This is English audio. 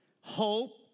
hope